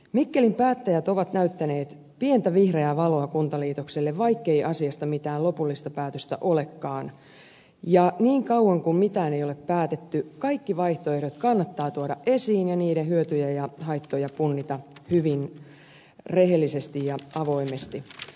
mikkelin päättäjät ovat näyttäneet pientä vihreää valoa kuntaliitokselle vaikkei asiasta mitään lopullista päätöstä olekaan ja niin kauan kuin mitään ei ole päätetty kaikki vaihtoehdot kannattaa tuoda esiin ja niiden hyötyjä ja haittoja punnita hyvin rehellisesti ja avoimesti